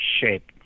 shape